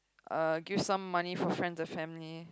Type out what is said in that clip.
uh give some money for friends and family